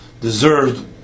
deserved